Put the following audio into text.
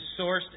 sourced